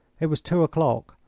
it was two o'clock.